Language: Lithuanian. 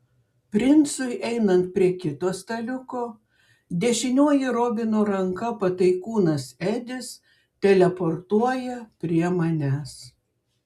princui einant prie kito staliuko dešinioji robino ranka pataikūnas edis teleportuoja prie manęs